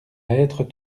être